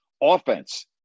offense